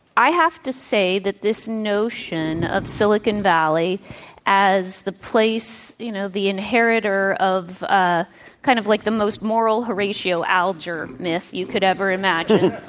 i have to say that this notion of silicon valley as the place you know, the inheritor of, ah kind of like the most moral horatio algiers myth you could ever imagine,